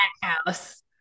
house